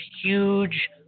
huge